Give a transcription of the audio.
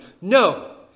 No